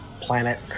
planet